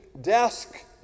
desk